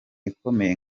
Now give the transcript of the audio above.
ikomeye